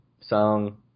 song